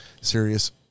serious